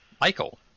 Michael